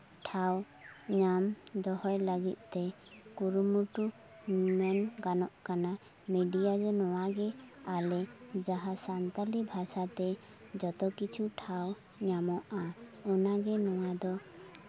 ᱴᱷᱟᱶ ᱧᱟᱢ ᱫᱚᱦᱚᱭ ᱞᱟᱹᱜᱤᱫ ᱛᱮ ᱠᱩᱨᱩᱢᱩᱴᱩ ᱢᱮᱱ ᱜᱟᱱᱚᱜ ᱠᱟᱱᱟ ᱢᱤᱰᱤᱭᱟ ᱜᱮ ᱱᱚᱣᱟ ᱜᱮ ᱟᱞᱮ ᱡᱟᱦᱟᱸ ᱥᱟᱱᱛᱟᱞᱤ ᱵᱷᱟᱥᱟᱛᱮ ᱡᱚᱛᱚ ᱠᱤᱪᱷᱩ ᱴᱷᱟᱶ ᱧᱟᱢᱚᱜᱼᱟ ᱚᱱᱟᱜᱮ ᱱᱚᱣᱟ ᱫᱚ